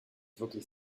wirklich